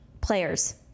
players